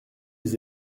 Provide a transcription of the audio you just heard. les